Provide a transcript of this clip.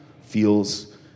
feels